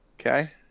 okay